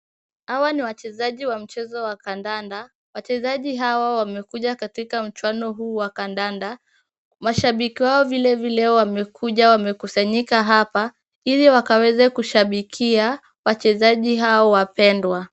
Hawa ni wachezaji wa mchezo wa kandanda ,wachezaji hawa wamekuja katika mchuano huu wa kandanda .Mashabiki wao vile vile wamekuja wamekusanyika hapa ili wakaweze kushabikia wachezaji hawa wapendwa .